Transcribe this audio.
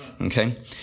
Okay